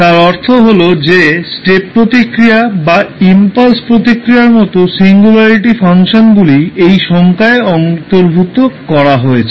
তার অর্থ হল যে স্টেপ প্রতিক্রিয়া বা ইম্পালস প্রতিক্রিয়ার মতো সিঙ্গুলারিটি ফাংশনগুলি এই সংজ্ঞায় অন্তর্ভুক্ত করা হয়েছে